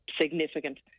significant